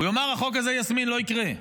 הוא יאמר: החוק הזה, יסמין, לא יקרה.